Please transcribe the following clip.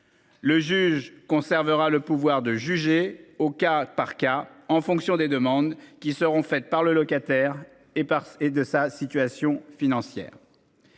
Le juge conservera le pouvoir de juger au cas par cas en fonction des demandes qui seront faites par le locataire et par et de sa situation financière.